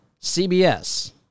CBS